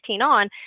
on